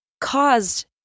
caused